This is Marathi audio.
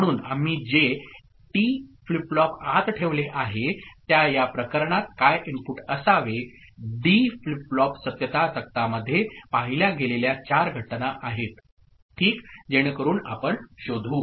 म्हणून आम्ही जे टी फ्लिप फ्लॉप आत ठेवले आहे त्या या प्रकरणात काय इनपुट असावे डी फ्लिप फ्लॉप सत्यता तक्तामध्ये पाहिल्या गेलेल्या चार घटना आहेत ठीक जेणेकरून आपण शोधू